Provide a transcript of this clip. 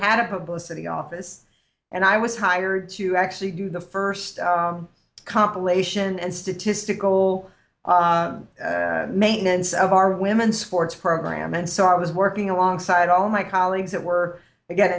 had a publicity office and i was hired to actually do the first compilation and statistical maintenance of our women's sports program and so i was working alongside all my colleagues that were